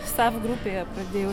sav grupėje pradėjau